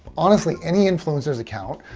honestly, any influencer's account,